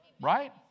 right